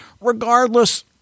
regardless